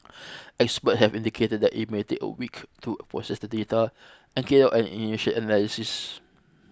expert have indicated that it may take a week to process the data and carry out an initial analysis